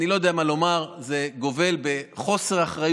אני לא יודע מה לומר, זה גובל בחוסר אחריות